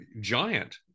giant